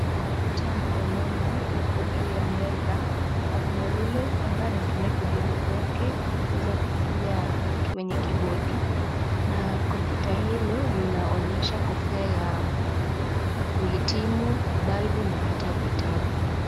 Kompyuta ya mkononi liko juu ya meza, na kuna yule ambaye anatumia vidole vyake kuweza kufinya kwenye kibodi, na kompyuta hilo linaonyesha kofia ya kuhitimu, balbu na hata vitabu.